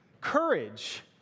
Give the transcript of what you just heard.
courage